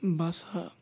बासा